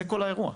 זה כל האירוע.